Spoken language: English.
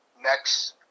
next